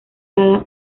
cada